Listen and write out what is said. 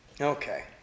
Okay